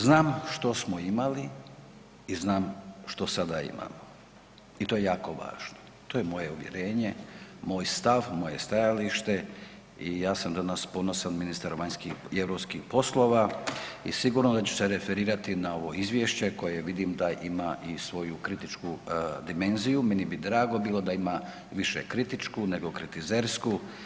Znam što smo imali i znam što sada imamo i to je jako važno, to je moje uvjerenje, moj stav, moje stajalište i ja sam danas ponosan ministar vanjskih i europskih poslova i sigurno da ću se referirati na ovo izvješće koje vidim da ima i svoju kritičku dimenziju, meni bi drago bilo da ima više kritičku nego kritizersku.